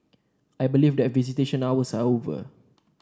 I believe that visitation hours are over